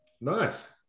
Nice